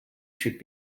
should